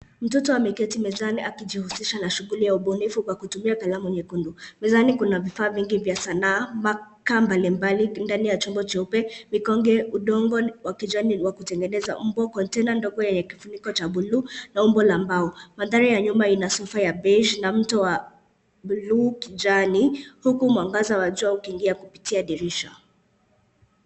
Mtoto ameketi mezani akijihusisha na shughuli ya ubunifu kwa kutumia kalamu nyekundu. Mezani kuna vifaa vingi vya sanaa, makaa mbalimbali ndani ya chombo cheupe. mikonge udongo wa ujani wa kutengeneza upo kontaine ndogo yenye kifuniko cha blue na umbo la mbao. Madhari ya nyuma ina sifa ya benji ya mto wa blue kijani uku mwangaza wa jua ukiingia kupitia dirisha.